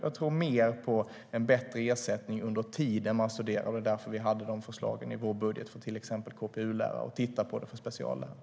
Jag tror mer på en bättre ersättning under den tid man studerar, och det var därför vi hade förslag i vår budget för till exempel KPU-lärare och tittar på det för speciallärare.